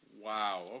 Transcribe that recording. Wow